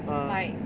uh